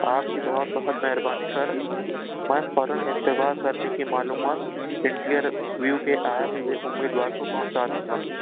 آپ کی بہت بہت مہربانی سر میں فوراً انتظار کرنے کی معلومات انٹرویو کے آئے ہوئےامیدوارکو پہنچا دوں گا